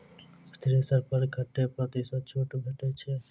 Thresher पर कतै प्रतिशत छूट भेटय छै?